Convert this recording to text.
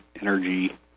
energy